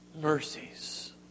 mercies